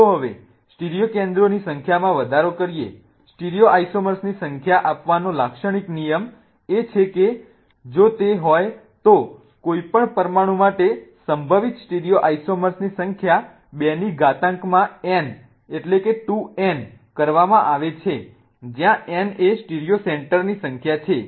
ચાલો હવે સ્ટીરિયો કેન્દ્રોની સંખ્યામાં વધારો કરીએ સ્ટીરિયોઈસોમર્સની સંખ્યા આપવાનો લાક્ષણિક નિયમ એ છે કે જો તે હોય તો કોઈપણ પરમાણુ માટે સંભવિત સ્ટીરિયોઈસોમર્સની સંખ્યા 2 ની ઘાતાંકમાં n કરવામાં આવે છે જ્યાં n એ સ્ટીરિયો સેન્ટરની સંખ્યા છે